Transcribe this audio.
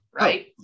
right